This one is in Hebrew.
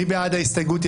מי בעד ההסתייגות?